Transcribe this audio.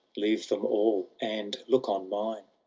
leave them all, and look on mine!